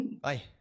Bye